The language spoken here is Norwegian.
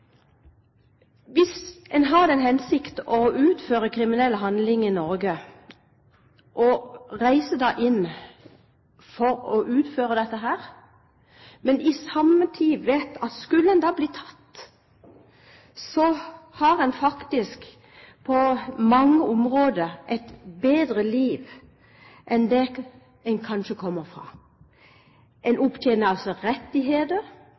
Hvis man har til hensikt å utføre kriminelle handlinger i Norge og reiser inn for å utføre dette, vet man samtidig at skulle man bli tatt, har man faktisk på mange områder et bedre liv enn det man kanskje kommer fra. Man opptjener rettigheter i forhold til folketrygden, man får dagpenger, som faktisk er to–tre ganger større enn en